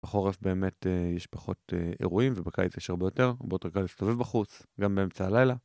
בחורף באמת יש פחות אירועים ובקיץ יש הרבה יותר, הרבה יותר קל להסתובב בחוץ גם באמצע הלילה